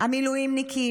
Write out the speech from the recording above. המילואימניקים,